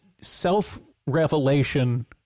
self-revelation